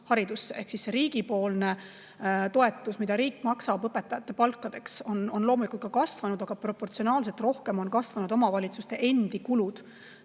haridusse. Riigi toetus, mida riik maksab õpetajate palkadeks, on loomulikult ka kasvanud, aga proportsionaalselt rohkem on kasvanud omavalitsuste endi kulud